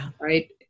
right